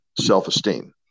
self-esteem